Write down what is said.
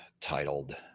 titled